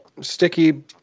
sticky